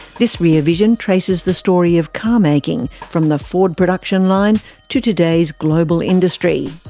this rear vision traces the story of car making from the ford production line to today's global industry.